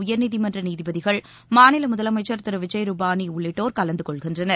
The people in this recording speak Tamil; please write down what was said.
உயர்நீதிமன்ற நீதிபதிகள் மாநில முதலமைச்சர் திரு விஜய்ரூபாணி உள்ளிட்டோர் கலந்து கொள்கின்றனர்